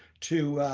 to,